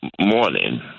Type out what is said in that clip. Morning